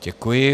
Děkuji.